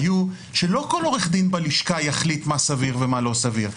היו שלא כל עורך דין בלשכה יחליט מה סביר ומה לא סביר.